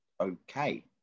okay